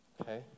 Okay